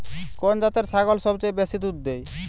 কোন জাতের ছাগল সবচেয়ে বেশি দুধ দেয়?